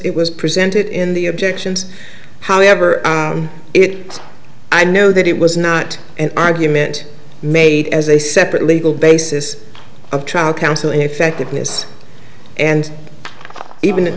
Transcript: it was presented in the objections however it i know that it was not an argument made as a separate legal basis of trial counsel effectiveness and even